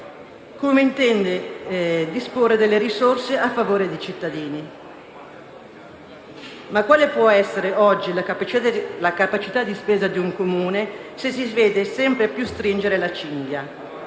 come intenda disporre delle risorse a favore dei cittadini. Ma quale può essere oggi la capacità di spesa di un Comune se si vede sempre più stringere la cinghia?